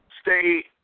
stay